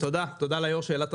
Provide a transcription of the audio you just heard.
תודה ליושב-ראש שהעלה את